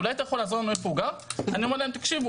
אולי אתה יכול לעזור לנו איפה הוא גר?' אני אומר להם 'תקשיבו,